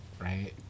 right